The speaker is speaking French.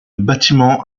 bâtiment